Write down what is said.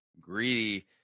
greedy